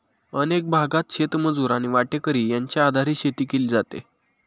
अनेक भागांत शेतमजूर आणि वाटेकरी यांच्या आधारे शेती केली जाते